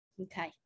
Okay